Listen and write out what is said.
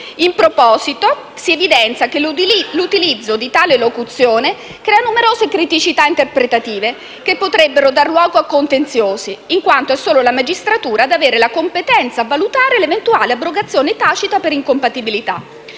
In proposito si evidenzia che l'utilizzo di tale locuzione crea numerose criticità interpretative che potrebbero dar luogo a contenziosi, in quanto è solo la magistratura ad avere la competenza a valutare l'eventuale abrogazione tacita per incompatibilità.